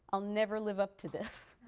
i'll never live up to this